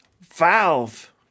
Valve